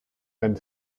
and